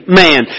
man